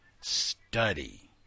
study